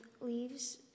leaves